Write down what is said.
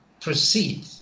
proceed